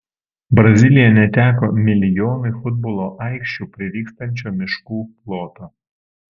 brazilija neteko milijonui futbolo aikščių prilygstančio miškų ploto